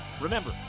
Remember